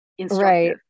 Right